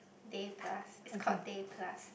Day Plus it's called Day Plus